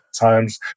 times